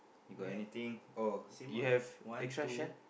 you got anything oh you have extra shell